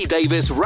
Davis